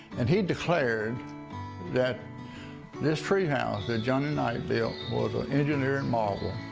and he declared that this treehouse that johnny knight built was an engineering marvel.